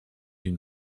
une